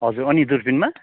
हजुर अनि दुर्पिनमा